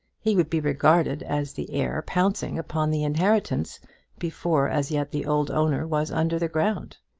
he would be regarded as the heir pouncing upon the inheritance before as yet the old owner was under the ground.